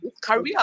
career